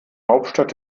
hauptstadt